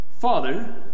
Father